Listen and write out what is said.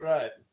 Right